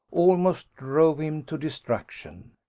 almost drove him to distraction.